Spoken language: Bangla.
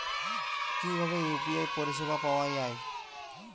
কিভাবে ইউ.পি.আই পরিসেবা পাওয়া য়ায়?